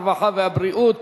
הרווחה והבריאות